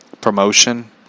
promotion